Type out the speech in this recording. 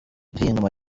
ngoma